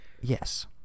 yes